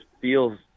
feels